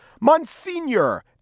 Monsignor